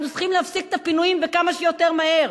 אנחנו צריכים להפסיק את הפינויים וכמה שיותר מהר.